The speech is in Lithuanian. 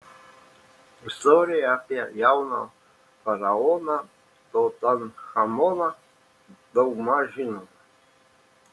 istorija apie jauną faraoną tutanchamoną daugmaž žinoma